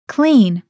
Clean